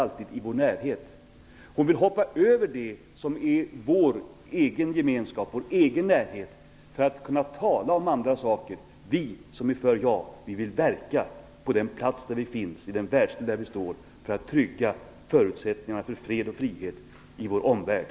Marianne Samuelsson vill hoppa över det som är vår egen gemenskap, vår egen närhet, för att kunna tala om andra saker. Vi som är för ett ja vill verka på den plats där vi finns, i den världsdel där vi lever, för att trygga förutsättningarna för fred och frihet i vår omvärld.